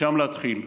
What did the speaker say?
משם להתחיל.